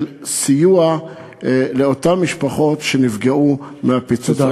של סיוע לאותן משפחות שנפגעו מהפיצוץ.